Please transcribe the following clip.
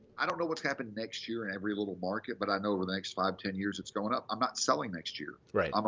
i don't know what's happened next year in every little market, but i know over the next five, ten years, it's going up. i'm not selling next year. right.